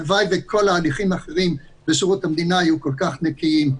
הלוואי שכל ההליכים האחרים בשירות המדינה היו כל-כך נקיים.